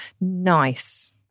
Nice